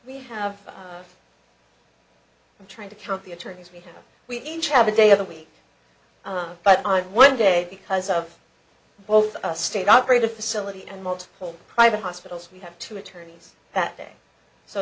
we have we have trying to count the attorneys we have we each have a day of the week but i'm one day because of both a state operated facility and multiple private hospitals we have two attorneys that day so